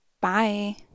Bye